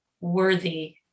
worthy